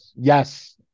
yes